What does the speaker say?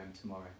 tomorrow